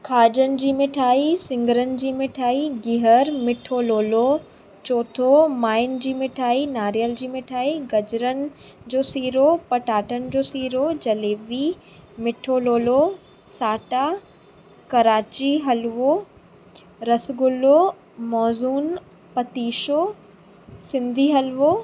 खाॼनि जी मिठाई सिंॻरनि जी मिठाई गिहर मिठो लोलो चौथो माएंनि जी मिठाई नारेयल जी मिठाई गजरनि जो सीरो पटाटनि जो सीरो जलेबी मिठो लोलो साटा करांची हलवो रसगुल्लो माजून पतीशो सिंधी हलवो